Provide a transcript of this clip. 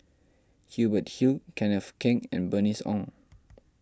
Hubert Hill Kenneth Keng and Bernice Ong